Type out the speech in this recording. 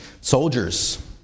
Soldiers